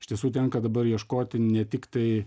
iš tiesų tenka dabar ieškoti ne tiktai